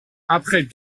après